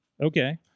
Okay